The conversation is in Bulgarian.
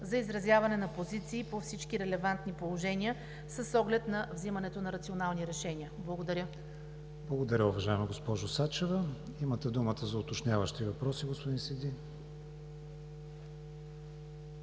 за изразяване на позиции по всички релевантни положения и с оглед взимането на рационални решения. Благодаря. ПРЕДСЕДАТЕЛ КРИСТИАН ВИГЕНИН: Благодаря, уважаема госпожо Сачева. Имате думата за уточняващи въпроси, господин Сиди.